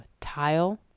tile